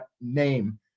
name